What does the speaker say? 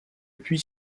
puits